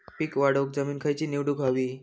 पीक वाढवूक जमीन खैची निवडुक हवी?